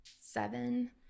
seven